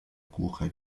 głuche